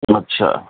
اچھا